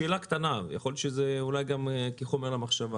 שאלה קטנה יכול להיות שזה גם כחומר למחשבה